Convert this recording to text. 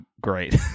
great